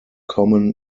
common